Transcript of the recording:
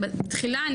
בתחילה,